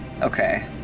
okay